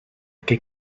que